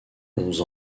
onze